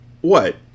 What